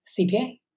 CPA